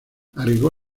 agregó